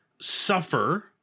suffer